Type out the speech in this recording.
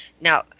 Now